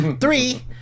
Three